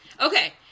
Okay